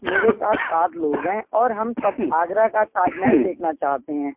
میرے ساتھ سات لوگ ہیں اور ہم سب آگرہ کا تاج محل دیکھنا چاہتے ہیں